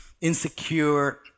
insecure